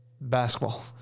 basketball